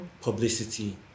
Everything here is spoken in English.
publicity